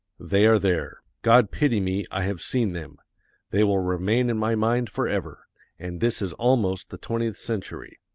they are there. god pity me, i have seen them they will remain in my mind forever and this is almost the twentieth century.